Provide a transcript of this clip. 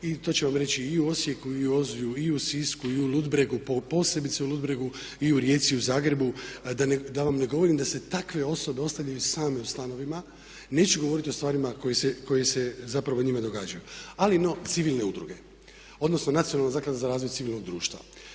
i to će vam reći i u Osijeku i u Ozlju i u Sisku i u Ludbregu, posebice u Ludbregu i u Rijeci i u Zagrebu. A da vam ne govorim da se takve osobe ostavljaju same u stanovima. Neću govoriti o stvarima koje se zapravo njima događaju. Ali no, civilne udruge, odnosno Nacionalna zaklada za razvoj civilnog društva.